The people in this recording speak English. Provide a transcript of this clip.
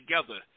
together